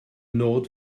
nod